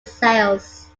sales